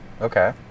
Okay